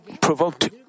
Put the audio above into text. provoked